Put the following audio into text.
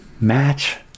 match